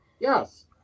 yes